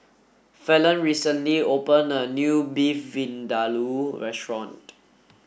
Fallon recently opened a new Beef Vindaloo restaurant